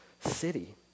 city